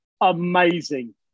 amazing